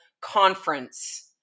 conference